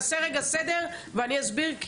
אז תעשה רגע סדר ואני אסביר,